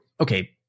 okay